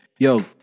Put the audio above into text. Yo